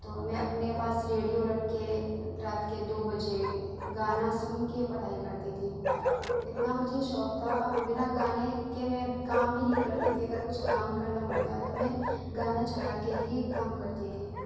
تو میں اپنے پاس ریڈیو رکھ کے رات کے دو بجے گانا سن کے پڑھائی کرتی تھی اتنا مجھے شوق تھا بنا گانے کے میں کام بھی نہیں کرتی تھی اگر کچھ کام کرنا ہوتا تو میں گانا چلا کے ہی کام کرتی تھی